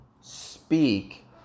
speak